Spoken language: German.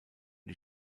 die